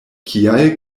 kial